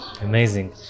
amazing